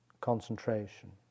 concentration